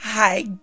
Hi